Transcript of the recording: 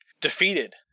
defeated